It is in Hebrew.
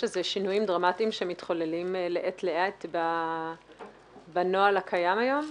יש איזה שינויים דרמטיים שמתחוללים מעת לעת בנוהל הקיים היום?